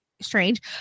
strange